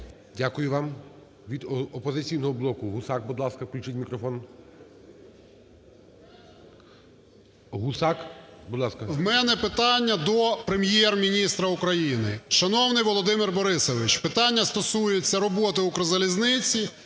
У мене питання до Прем'єр-міністра України. Шановний Володимир Борисович, питання стосується роботи "Укрзалізниці",